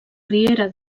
riera